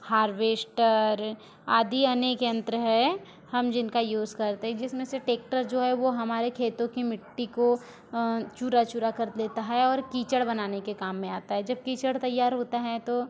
harvester आदि अनेक यंत्र हैं हम जिनका यूज़ करते जिसमें से ट्रैक्टर जो है वो हमारे खेतों की मिट्टी को चूरा चूरा कर देता है और कीचड़ बनाने के काम में आता है जब कीचड़ तैयार होता है तो